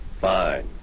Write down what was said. Fine